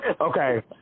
okay